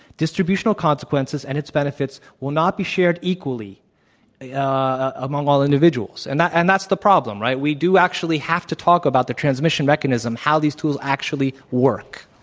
distributional consequences and its benefits will not be shared equally among all individuals. and and that's the problem, right? we do actually have to talk about the transmission mechanism, how these tools actually work.